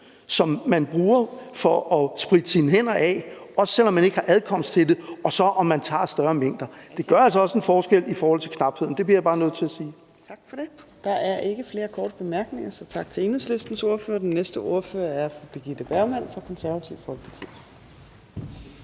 som man bruger for at spritte sine hænder af, også selv om man ikke har adkomst til det, og om man tager større mængder. Det gør altså også en forskel i forhold til knapheden; det bliver jeg bare nødt til at sige. Kl. 14:04 Fjerde næstformand (Trine Torp): Tak for det. Der er ikke flere korte bemærkninger, så vi siger tak til Enhedslistens ordfører. Og den næste ordfører er fru Birgitte Bergman fra Det Konservative Folkeparti.